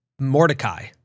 Mordecai